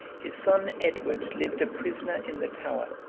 his son edward lived a prisoner in the tower,